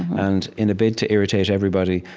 and in a bid to irritate everybody,